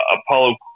Apollo